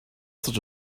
such